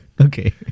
Okay